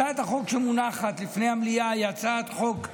הצעת החוק שמונחת בפני המליאה היא הצעת חוק גדולה,